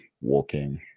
walking